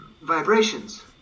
vibrations